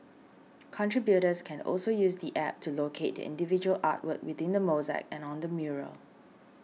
contributors can also use the App to locate their individual artwork within the mosaic and on the mural